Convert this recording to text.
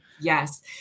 Yes